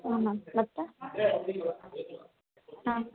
ಹಾಂ ಮ್ಯಾಮ್ ಮತ್ತೆ ಹಾಂ